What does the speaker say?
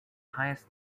highest